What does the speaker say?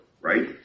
right